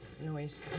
noise